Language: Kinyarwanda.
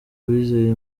uwizeye